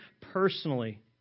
personally